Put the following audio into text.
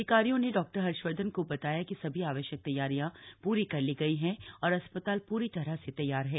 अधिकारियों ने डॉक्टर हर्षवर्धन को बताया कि सभी आवश्यक तैयारियां पूरी कर ली गई हैं और अस्पताल पूरी तरह से तैयार हैं